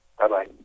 Bye-bye